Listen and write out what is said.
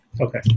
Okay